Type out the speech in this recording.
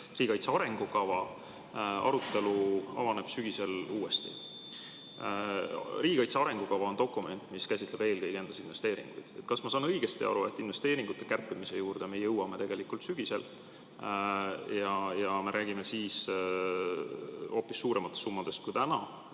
riigikaitse arengukava arutelu avaneb sügisel uuesti. Riigikaitse arengukava on dokument, mis kätkeb endas eelkõige investeeringuid. Kas ma saan õigesti aru, et investeeringute kärpimise juurde me jõuame tegelikult sügisel ja me räägime siis hoopis suurematest summadest kui täna?